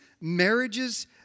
marriages